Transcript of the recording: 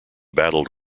battled